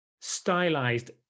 stylized